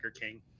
King